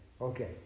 Okay